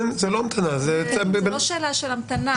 זאת לא שאלה של המתנה.